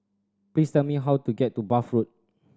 please tell me how to get to Bath Road